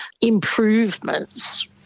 improvements